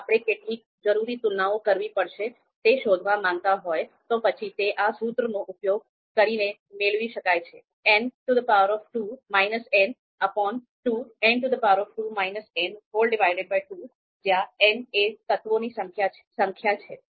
જો આપણે કેટલી જરૂરી તુલનાઓ કરવી પડશે તે શોધવા માંગતા હોય તો પછી તે આ સૂત્રનો ઉપયોગ કરીને મેળવી શકાય છે 2 જ્યાં n એ તત્વોની સંખ્યા છે